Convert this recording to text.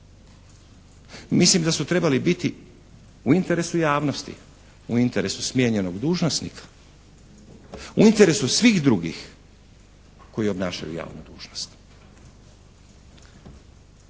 Mislim da su trebali biti u interesu javnosti, u interesu smijenjenog dužnosnika, u interesu svih drugih koji obnašaju javnu dužnost.